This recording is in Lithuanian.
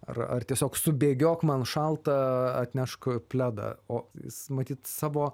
ar ar tiesiog subėgiok man šalta atnešk pledą o jis matyt savo